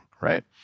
Right